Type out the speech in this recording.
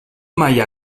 maia